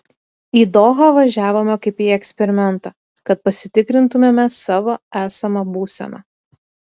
į dohą važiavome kaip į eksperimentą kad pasitikrintumėme savo esamą būseną